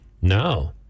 No